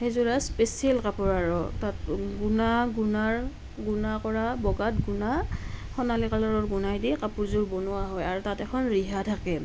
সেইযোৰ আৰ স্পেচিয়েল কাপোৰ আৰু তাত গুণা গুণাৰ গুণা কৰা বগাত গুণা সোণালী কালাৰৰ গুণাই দি কাপোৰযোৰ বনোৱা হয় আৰু তাতে এখন ৰিহা থাকে